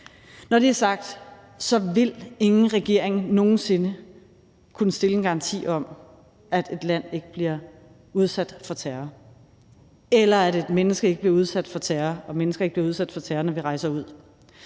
Når det er sagt, vil ingen regering nogen sinde kunne stille en garanti om, at et land ikke bliver udsat for terror, at et menneske ikke bliver udsat for terror eller at mennesker ikke bliver udsat for terror, når de rejser ud.